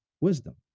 wisdom